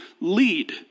lead